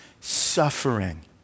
suffering